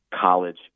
college